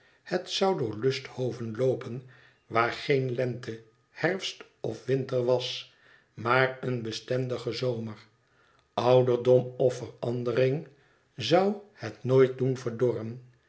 het zou door lusthoven loopen waar geen lente herfst of winter was maar een bestendige zomer ouderdom of verandering zou het nooit doen verdorren